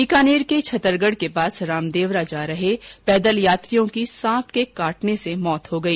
बीकानेर के छतरगढ के पास रामदेवरा जा रहे पैदल यात्रियों की सांप काटने से मौत हो गई